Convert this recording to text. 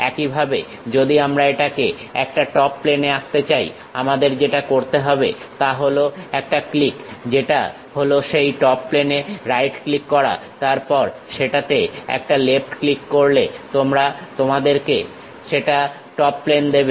একইভাবে যদি আমরা এটাকে একটা টপ প্লেনে আঁকতে চাই আমাদের যেটা করতে হবে তা হলো একটা ক্লিক যেটা হলো সেই টপ প্লেনে রাইট ক্লিক করা তারপর সেটাতে একটা লেফট ক্লিক করলে সেটা তোমাদেরকে টপ প্লেন দেবে